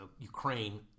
Ukraine